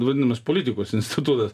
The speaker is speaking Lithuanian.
vadinamas politikos institutas